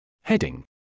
Heading